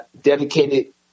dedicated